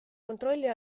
kontrolli